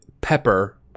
pepper